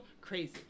crazy